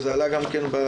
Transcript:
וזה עלה גם בדוח,